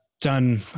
done